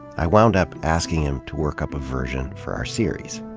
i wound up asking him to work up a version for our series.